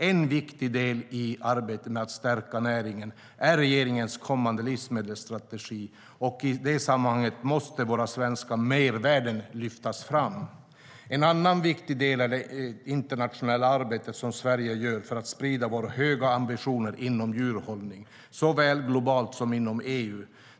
En viktig del i arbetet med att stärka näringen är regeringens kommande livsmedelsstrategi, och i det sammanhanget måste våra svenska mervärden lyftas fram. En annan viktig del är det internationella arbete som Sverige gör för att sprida våra höga ambitioner inom djurhållning, såväl globalt som inom EU.